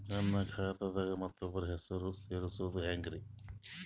ನನ್ನ ಖಾತಾ ದಾಗ ಮತ್ತೋಬ್ರ ಹೆಸರು ಸೆರಸದು ಹೆಂಗ್ರಿ?